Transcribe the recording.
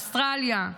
אוסטרליה,